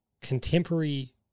contemporary